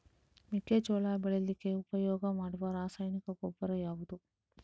ಮೆಕ್ಕೆಜೋಳ ಬೆಳೀಲಿಕ್ಕೆ ಉಪಯೋಗ ಮಾಡುವ ರಾಸಾಯನಿಕ ಗೊಬ್ಬರ ಯಾವುದು?